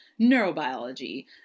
neurobiology